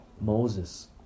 Moses